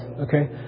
okay